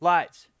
Lights